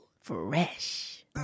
Fresh